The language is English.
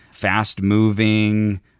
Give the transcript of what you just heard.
fast-moving